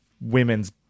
women's